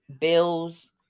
bills